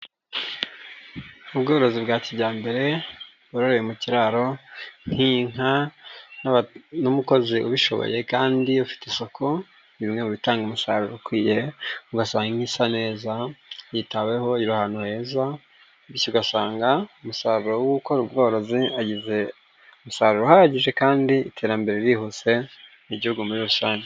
Ubworozi bwa kijyambere bororeye mu kiraro nk'inka n'umukozi ubishoboye kandi ufite isuku, ni bimwe mu bitanga umusaruro ugasanga usa neza, yitaweho iba ahantu heza, bityo ugasanga umusaruro wo gukora ubworozi agize umusaruro uhagije kandi iterambere ririhuse n'igihugu muri rusange.